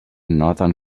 northern